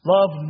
Love